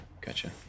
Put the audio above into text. gotcha